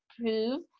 prove